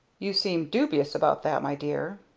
you seem dubious about that, my dear.